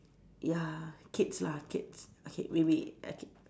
ya kids lah kids okay we we okay